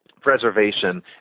preservation